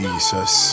Jesus